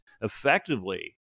effectively